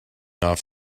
off